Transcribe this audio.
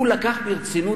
הוא לקח ברצינות,